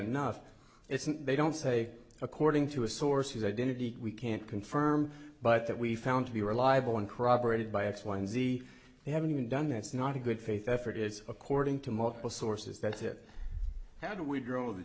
enough isn't they don't say according to a source whose identity we can't confirm but that we found to be reliable and corroborated by x y and z they haven't even done that's not a good faith effort is according to multiple sources that it how do we grow the